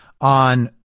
on